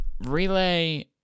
Relay